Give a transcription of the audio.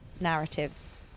narratives